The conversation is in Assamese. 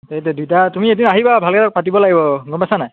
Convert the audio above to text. এই দে দুইটা তুমি এতিয়া আহিবা ভালকৈ পাতিব লাগিব গম পইছা নাই